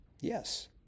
Yes